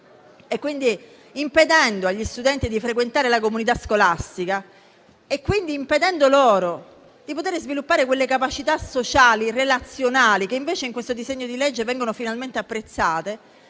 presenza, impedendo agli studenti di frequentare la comunità scolastica e di poter sviluppare quelle capacità sociali e relazionali che invece in questo disegno di legge vengono finalmente apprezzate,